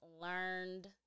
learned